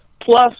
Plus